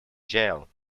jail